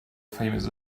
famous